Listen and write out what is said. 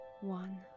one